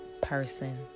person